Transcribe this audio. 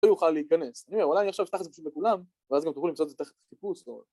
‫הוא לא יוכל להיכנס. ‫אני אומר, אולי אני עכשיו אפתח ‫את זה פשוט לכולם, ‫ואז גם תוכלו למצוא את זה ‫תחת חיפוש או...